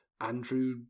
andrew